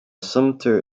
sumter